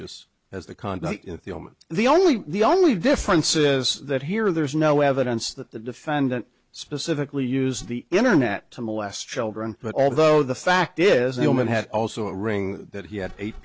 moment the only the only difference is that here there is no evidence that the defendant specifically used the internet to molest children but although the fact is a woman had also a ring that he had eight